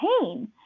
pain